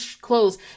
clothes